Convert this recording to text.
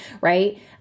right